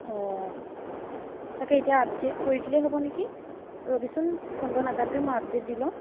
অঁ তাকেই এতিয়া আপডেট কৰি দিলে হ'ব নেকি ৰ'বিচোন ফোনটো নাকাটিবি মই আপডেট দি লওঁ